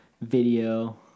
video